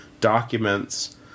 documents